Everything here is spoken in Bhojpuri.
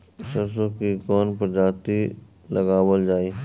सरसो की कवन प्रजाति लगावल जाई?